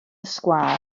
sgwâr